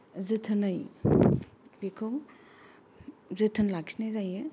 जोथोनै बेखौ जोथोन लाखिनाय जायो